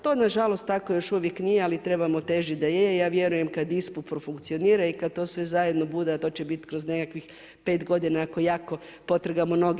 To nažalost tako još uvijek nije ali trebamo težiti da je i ja vjerujem kada ISPU profunkcionira i kada to sve zajedno bude, a to će biti kroz nekakvih pet godina ako jako potrgamo noge.